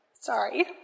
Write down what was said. Sorry